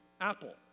Apple